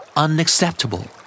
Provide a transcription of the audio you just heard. Unacceptable